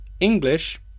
English